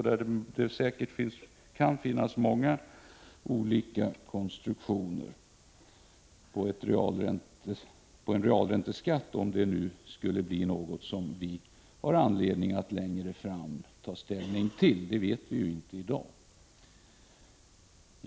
Det kan säkert finnas många olika sätt att konstruera en realränteskatt — om det nu skulle bli något som vi längre fram har anledning att ta ställning till, det vet vi ju inte i dag.